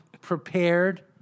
prepared